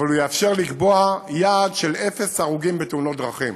הוא יאפשר לקבוע יעד של אפס הרוגים בתאונות דרכים.